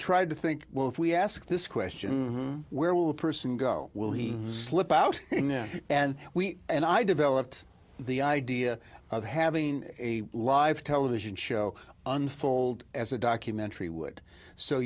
tried to think well if we ask this question where will the person go will he slip out and we and i developed the idea of having a live television show unfold as a documentary would so